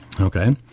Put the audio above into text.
Okay